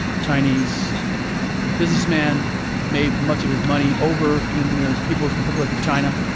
chinese business man made much of his money over in the people's republic of china